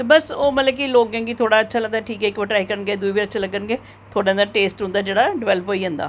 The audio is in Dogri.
ते बस ओह् लोकें गी मतलब अच्छा लगदा ठीक इक्क बारी बी गे दूई बारी बी अच्छे लग्गन गे थोह्ड़ा टेस्ट उंदा ना डेवेल्प होई जंदा